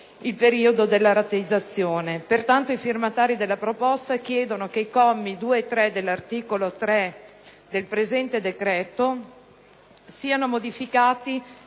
il periodo della rateizzazione.